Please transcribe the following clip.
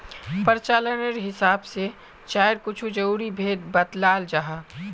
प्रचालानेर हिसाब से चायर कुछु ज़रूरी भेद बत्लाल जाहा